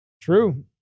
True